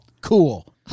Cool